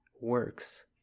works